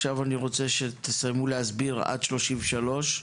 אני רוצה שתסיימו להסביר עד סעיף 33,